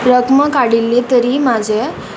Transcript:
रक्म काडिल्ले तरी म्हाजें